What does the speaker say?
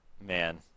Man